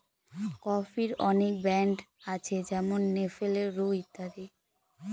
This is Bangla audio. কফির অনেক ব্র্যান্ড আছে যেমন নেসলে, ব্রু ইত্যাদি